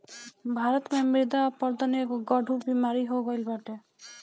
भारत में मृदा अपरदन एगो गढ़ु बेमारी हो गईल बाटे